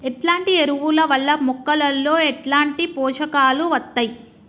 ఎట్లాంటి ఎరువుల వల్ల మొక్కలలో ఎట్లాంటి పోషకాలు వత్తయ్?